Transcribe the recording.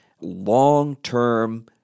long-term